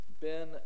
Ben